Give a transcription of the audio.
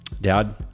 Dad